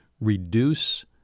reduce